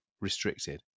restricted